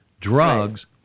drugs